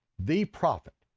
the prophet,